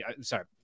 sorry